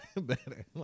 better